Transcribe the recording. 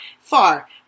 Far